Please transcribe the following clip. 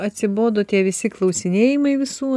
atsibodo tie visi klausinėjimai visų